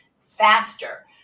faster